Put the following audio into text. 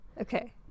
okay